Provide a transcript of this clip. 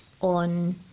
On